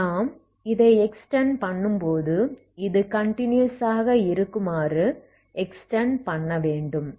நாம் இதை எக்ஸ்டெண்ட் பண்ணும்போது இது கன்டினியஸ் ஆக இருக்குமாறு எக்ஸ்டெண்ட் பண்ண வேண்டும்